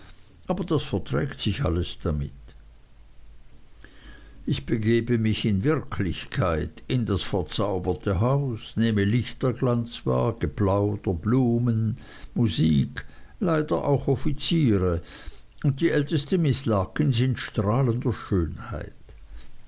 aber das verträgt sich alles damit ich begebe mich in wirklichkeit in das verzauberte haus nehme lichterglanz wahr geplauder musik blumen leider auch offiziere und die älteste miß larkins in strahlender schönheit